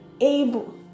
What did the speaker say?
able